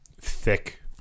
thick